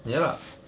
ya